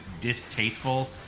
distasteful